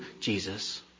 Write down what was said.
Jesus